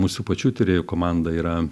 mūsų pačių tyrėjų komanda yra